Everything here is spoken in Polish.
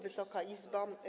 Wysoka Izbo!